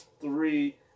three